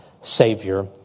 Savior